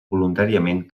voluntàriament